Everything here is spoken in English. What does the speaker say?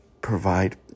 provide